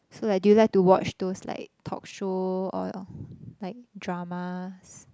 so like do you like to watch those like talk show or like dramas